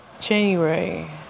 January